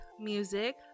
Music